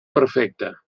perfecte